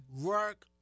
Work